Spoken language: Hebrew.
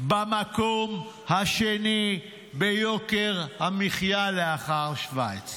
במקום השני ביוקר המחיה לאחר שווייץ.